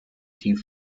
die